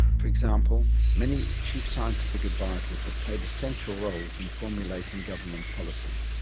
for example, many chief scientific advisers have played essential roles in formulating government policy.